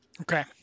Okay